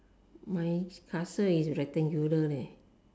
my castle is rectangular leh